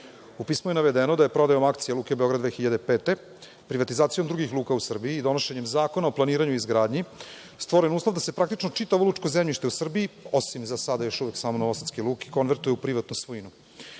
pismu je navedeno da je prodajom akcija Luke Beograd 2005. godine, privatizacijom drugih luka u Srbiji i donošenjem Zakona o planiranju i izgradnji, stvoren uslov da se praktično čitavo lučko zemljište u Srbiji, osim za sada još uvek samo Novosadske luke, konvertuje u privatnu svojinu.